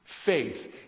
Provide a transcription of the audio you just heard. Faith